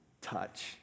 touch